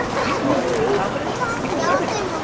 if you have humility and confidence, you can do everything.